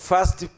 First